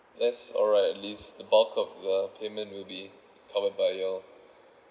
yes alright at least the bulk of the payment will be covered by you all